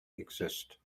exist